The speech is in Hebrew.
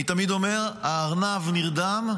אני תמיד אומר: הארנב נרדם,